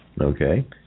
Okay